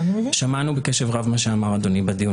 שמענו בקשר רב מה שאמר אדוני בדיון